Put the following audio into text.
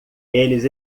eles